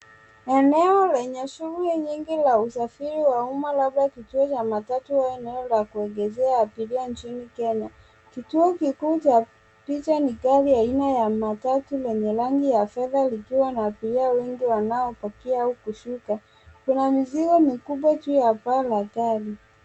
Eneo lenye shughuli nyingi la usafiri wa umma labda kituo cha matatu au eneo la kuongezea abiria nchini kenya, kituo kikuu cha picha ni gari aina ya matatu yenye rangi ya fedha likiwa na abiria wengi wanao bobea au kusuka.